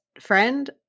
friend